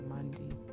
Monday